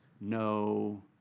no